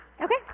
Okay